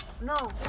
no